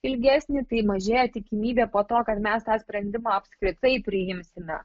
ilgesnį tai mažėja tikimybė po to kad mes tą sprendimą apskritai priimsime